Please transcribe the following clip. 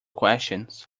questions